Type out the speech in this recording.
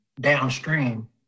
downstream